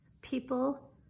people